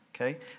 Okay